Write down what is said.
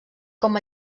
com